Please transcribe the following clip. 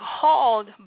called